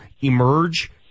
emerge